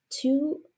two